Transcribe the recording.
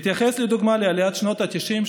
אני אתייחס לדוגמה לעליית שנות התשעים,